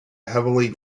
heavily